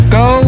go